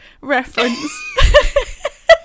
reference